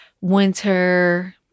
winter